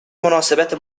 مناسبت